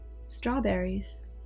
strawberries